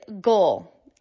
goal